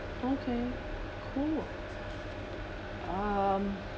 okay cool um